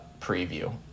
preview